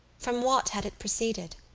from what had it proceeded?